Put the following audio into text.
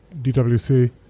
DWC